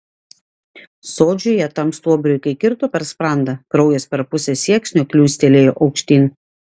sodžiuje tam stuobriui kai kirto per sprandą kraujas per pusę sieksnio kliūstelėjo aukštyn